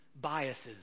biases